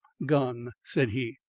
gone, said he.